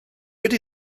ydy